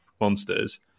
monsters